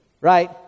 right